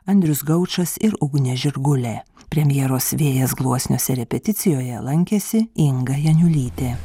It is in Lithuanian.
andrius gaučas ir ugnė žirgulė premjeros vėjas gluosniuose repeticijoje lankėsi inga janiulytė